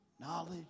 Knowledge